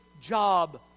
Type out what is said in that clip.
job